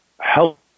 help